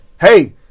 hey